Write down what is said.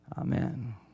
Amen